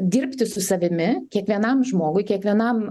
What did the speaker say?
dirbti su savimi kiekvienam žmogui kiekvienam